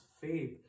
faith